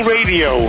Radio